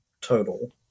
Total